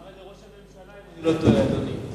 אמר את זה ראש הממשלה, אם אני לא טועה, אדוני.